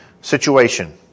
situation